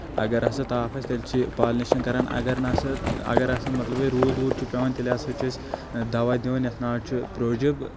اگر ہسا تاپھ آسہِ تیٚلہِ چھِ پالنیشن کران اگر نہ سا اگر ہسا مطلب یہِ روٗد ووٗد چھُ پؠوان تیٚلہِ ہسا چھِ أسۍ دوہ دِوان یتھ ناو چھُ پروجب